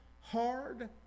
hard